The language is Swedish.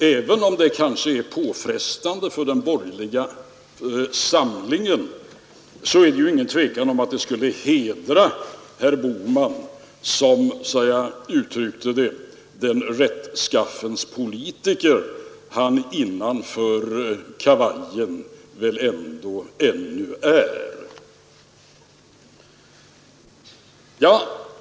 Även om det kanske är påfrestande för den borgerliga samlingen råder det inget tvivel om att detta skulle hedra herr Bohman som den rättsskaffens politiker han innanför kavajen väl ändå ännu är.